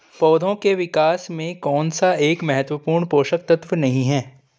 पौधों के विकास में कौन सा एक महत्वपूर्ण पोषक तत्व नहीं है?